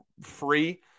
free